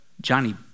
Johnny